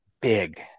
big